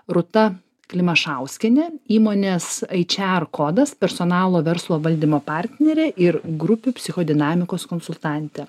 rūta klimašauskienė įmonės aičiarkodas personalo verslo valdymo partnerė ir grupių psicho dinamikos konsultantė